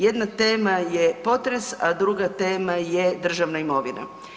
Jedna tema je potres, a druga tema je državna imovina.